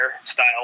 style